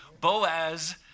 Boaz